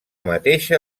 mateixa